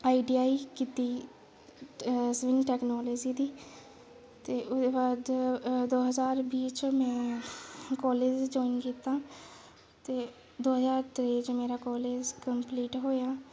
ITI कीती technology दी ते ओह्दे बाद दो हजार बीह् च में कॉलेज़ ज्वाईन कीता ते दो हजार त्रेई च मेरा कॉलेज़ कंप्लीट होया